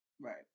Right